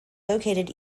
located